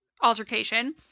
altercation